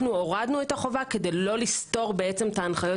אנחנו הורדנו את החובה כדי לא לסתור את ההנחיות